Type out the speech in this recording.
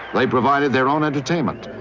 they provided their own entertainment,